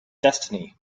destiny